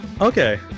okay